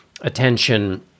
attention